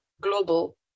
global